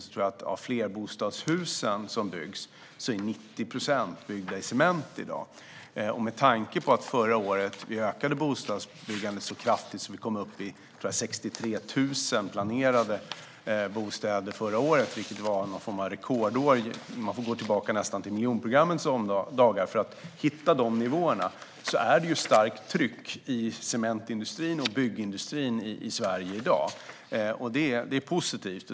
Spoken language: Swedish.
Jag tror att 90 procent av flerbostadshusen är byggda i cement i dag. Förra året ökade vi bostadsbyggandet kraftigt. Jag tror att vi kom upp i 63 000 planerade bostäder förra året. Det var någon form av rekordår. Man får gå tillbaka nästan till miljonprogrammens dagar för att hitta de nivåerna. Det är ett starkt tryck i cementindustrin och byggindustrin i Sverige i dag. Det är positivt.